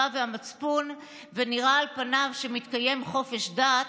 והמצפון ונראה על פניו שמתקיים חופש דת,